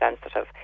sensitive